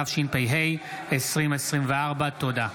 התשפ"ה 2024. תודה.